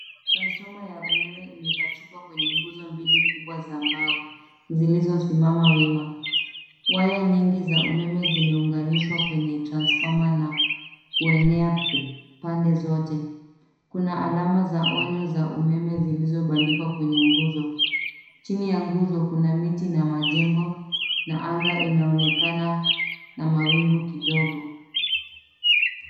Transfoma ya umeme imepachikwa kwenye nguzo mbili kubwa za mbao zilizosimama wima. Waya nyingi za umeme zimeunganishwa kwenye transfoma na kuenea pande zote. Kuna alama za onyo za umeme zilizobandikwa kwenye nguzo. Chini ya nguzo kuna miti na majengo na anga inaonekana na mawingu kidogo.